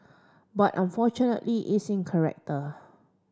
but unfortunately it's in character